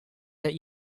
that